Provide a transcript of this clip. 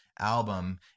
album